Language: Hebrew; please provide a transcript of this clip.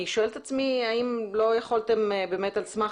אני שואלת את עצמי האם לא יכולתם באמת על סמך